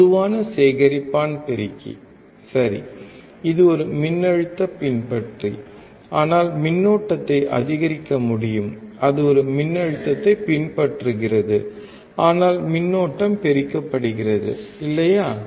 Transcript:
பொதுவான சேகரிப்பான் பெருக்கி சரி இது ஒரு மின்னழுத்த பின்பற்றி ஆனால் மின்னோட்டத்தை அதிகரிக்க முடியும் அது ஒரு மின்னழுத்தத்தைப் பின்பற்றுகிறது ஆனால் மின்னோட்டம் பெருக்கப்படுகிறது இல்லையா